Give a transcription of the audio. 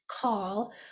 call